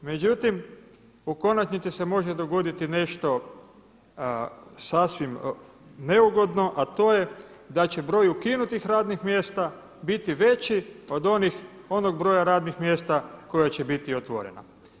Međutim, u konačnici se može dogoditi nešto sasvim neugodno a to je da će broj ukinutih radnih mjesta biti veći od onog broja radnih mjesta koja će biti otvorena.